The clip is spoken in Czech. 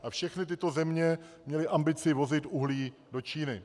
A všechny tyto země měly ambici vozit uhlí do Číny.